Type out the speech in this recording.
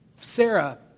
Sarah